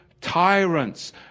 tyrants